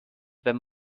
wenn